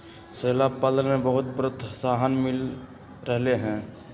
शैवाल पालन के बहुत प्रोत्साहन मिल रहले है